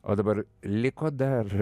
o dabar liko dar